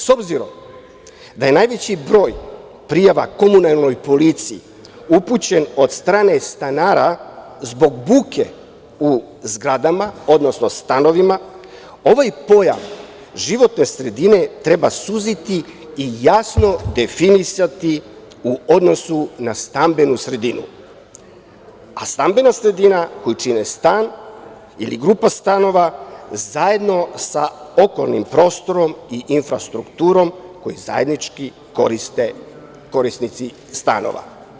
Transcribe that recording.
S obzirom da je najveći broj prijava komunalnoj policiji upućen od strane stanara zbog buke u zgradama, odnosno stanovima, ovaj pojam životne sredine treba suziti i jasno definisati u odnosu na stambenu sredinu, a stambena sredina, koju čine stan ili grupa stanova zajedno sa okolnim prostorom i infrastrukturom koju zajednički koriste korisnici stanova.